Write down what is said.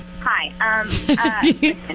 Hi